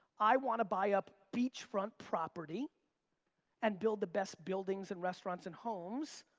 i want to buy up beach front property and build the best buildings and restaurants and homes.